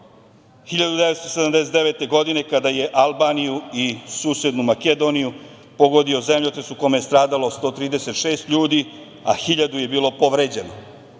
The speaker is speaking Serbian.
1979. godine kada je Albaniju i susednu Makedoniju pogodio zemljotres u kome je stradalo 136 ljudi, a hiljadu je bilo povređeno.